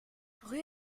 rue